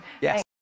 Yes